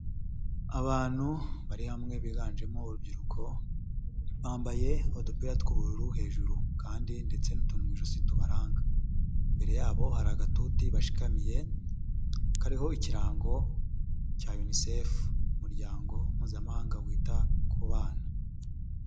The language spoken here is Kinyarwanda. Abantu bari hamwe biganjemo urubyiruko, bambaye udupira tw'ubururu hejuru kandi ndetse n'utuntu mu ijosi tubaranga, imbere yabo hari agatuti bashikamiye kariho ikirango cya unicef umuryango mpuzamahanga wita ku bana.